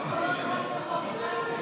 חברי הכנסת,